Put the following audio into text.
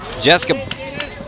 Jessica